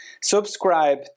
subscribe